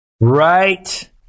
Right